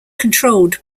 controlled